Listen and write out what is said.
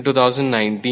2019